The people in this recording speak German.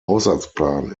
haushaltsplan